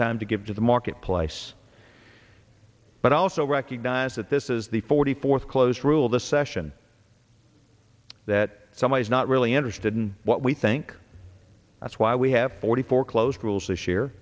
time to give to the market place but also recognize that this is the forty fourth close rule of the session that someone is not really interested in what we think that's why we have forty four closed rules this year